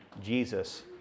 Jesus